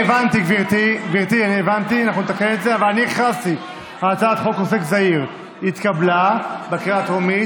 אנחנו עוברים להצבעה על הצעת חוק עוסק זעיר של חבר הכנסת שלמה קרעי,